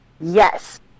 yes